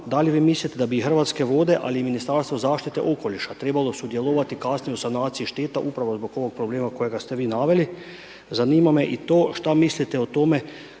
da li vi mislite da bi Hrvatske vode ali i Ministarstvo zaštite okoliša trebalo sudjelovati kasnije u sanaciji šteta upravo zbog ovog problema kojega ste vi naveli. Zanima me i to šta mislite o tome,